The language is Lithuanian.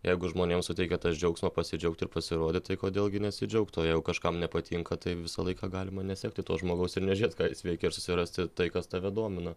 jeigu žmonėm suteikia tas džiaugsmo pasidžiaugt ir pasirodyt tai kodėl gi nesidžiaugt o jei jau kažkam nepatinka tai visą laiką galima nesekti to žmogaus ir nežiūrėt ką jis veikia ir susirasti tai kas tave domina